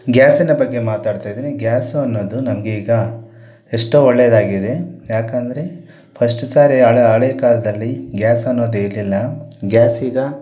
ಗ್ಯಾಸಿನ ಬಗ್ಗೆ ಮಾತಾಡ್ತಯಿದೀನಿ ಗ್ಯಾಸು ಅನ್ನೋದು ನಮಗೆ ಈಗ ಎಷ್ಟೋ ಒಳ್ಳೆದಾಗಿದೆ ಯಾಕಂದರೆ ಫಸ್ಟ್ ಸಾರಿ ಅಳ್ ಹಳೆ ಕಾಲದಲ್ಲಿ ಗ್ಯಾಸ್ ಅನ್ನೋದೇ ಇರಲಿಲ್ಲ ಗ್ಯಾಸ್ ಈಗ